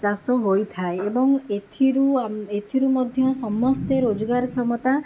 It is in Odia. ଚାଷ ହୋଇଥାଏ ଏବଂ ଏଥିରୁ ଏଥିରୁ ମଧ୍ୟ ସମସ୍ତେ ରୋଜଗାରକ୍ଷମତା